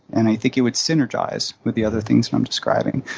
and i think it would synergize with the other things that i'm describing.